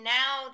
now